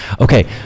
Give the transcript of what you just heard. okay